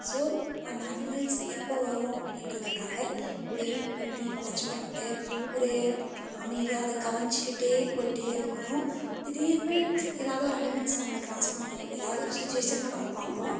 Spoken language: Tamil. ஸோ அந்த அனிமல்ஸ் எப்போ வரும் அப்படின்றதுக்காக வெயிட் பண்ணி வாச் பண்ணிட்டு ஒரு அமைதியாக அதை கவனிச்சிக்கிட்டே போய்கிட்டே இருக்கணும் திடீர்னு ஏதாவது ஒரு அனிமல்ஸ் நம்மளை க்ராஸ் பண்ணும் ஏதாவது ஒரு சுச்சிவேஷன்ல நம்ம பார்ப்போம்